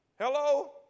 Hello